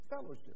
fellowship